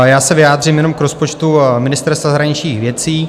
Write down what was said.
Já se vyjádřím jenom k rozpočtu Ministerstva zahraničních věcí.